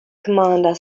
commander